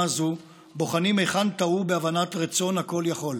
זו בוחנים היכן טעו בהבנת רצון הכול-יכול,